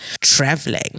traveling